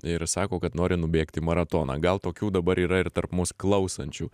ir sako kad nori nubėgti maratoną gal tokių dabar yra ir tarp mus klausančių